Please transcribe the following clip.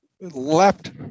left